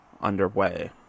underway